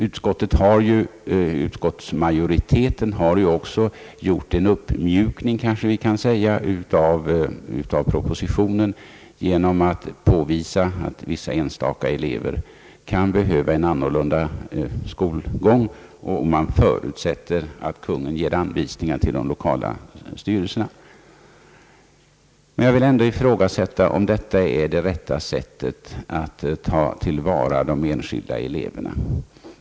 Utskottsmajoriteten har ju också gjort en uppmjukning av propositionen genom att påvisa, att vissa elever kan behöva en skolgång som är annorlunda. Man förutsätter att Kungl. Maj:t ger anvisningar till de lokala styrelserna. Men jag vill ändå ifrågasätta om detta är det rätta sättet att ta till vara de enskilda elevernas möjligheter.